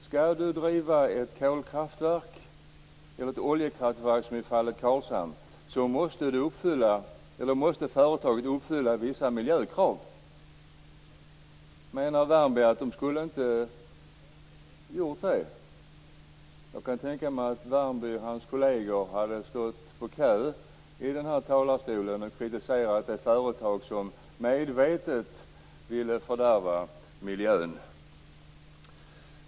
Skall man driva ett kolkraftverk eller ett oljekraftverk som i fallet Karlshamn måste företaget uppfylla vissa miljökrav. Menar Lennart Värmby att företaget inte skulle ha gjort det? Jag kan tänka mig att Lennart Värmby och hans kolleger hade stått i kö i denna talarstol och kritiserat det företag som medvetet ville fördärva miljön.